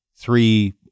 three